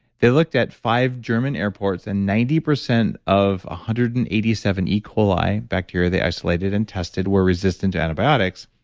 they looked at five german airports and ninety percent of one hundred and eighty seven e. coli bacteria they isolated and tested were resistant to antibiotics,